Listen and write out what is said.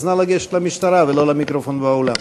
אז נא לגשת למשטרה ולא למיקרופון באולם.